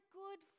good